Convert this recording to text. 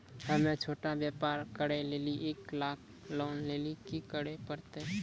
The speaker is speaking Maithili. हम्मय छोटा व्यापार करे लेली एक लाख लोन लेली की करे परतै?